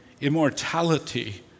immortality